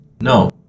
No